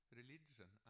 religion